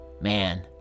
Man